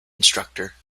instructor